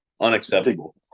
unacceptable